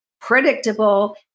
predictable